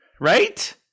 Right